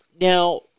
Now